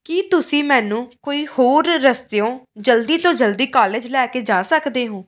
ਕੀ ਤੁਸੀਂ ਮੈਨੂੰ ਕੋਈ ਹੋਰ ਰਸਤਿਓਂ ਜਲਦੀ ਤੋਂ ਜਲਦੀ ਕਾਲਜ ਲੈ ਕੇ ਜਾ ਸਕਦੇ ਹੋ